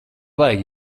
vajag